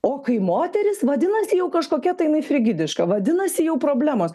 o kai moteris vadinasi jau kažkokia tai jinai frigidiška vadinasi jau problemos